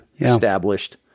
established